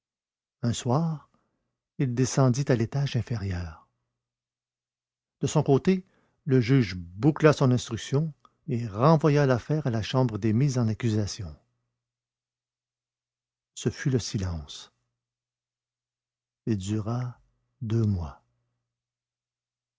un soir il descendit à l'étage inférieur de son côté le juge boucla son instruction et renvoya l'affaire à la chambre des mises en accusation ce fut le silence il dura deux mois